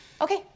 Okay